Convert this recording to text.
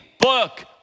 book